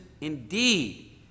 indeed